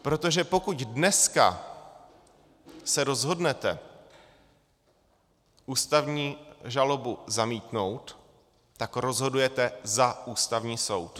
Protože pokud dneska se rozhodnete ústavní žalobu zamítnout, tak rozhodujete za Ústavní soud.